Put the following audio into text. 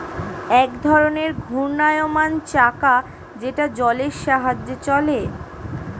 এক ধরনের ঘূর্ণায়মান চাকা যেটা জলের সাহায্যে চলে